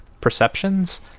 perceptions